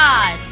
God